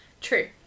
True